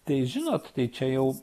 tai žinot tai čia jau